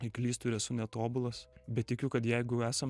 ir klystu ir esu netobulas bet tikiu kad jeigu esam